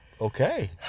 Okay